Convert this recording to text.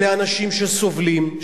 אלה אנשים שסובלים,